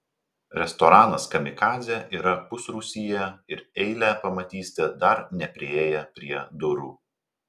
restoranas kamikadzė yra pusrūsyje ir eilę pamatysite dar nepriėję prie durų